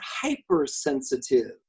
hypersensitive